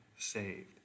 Saved